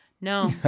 No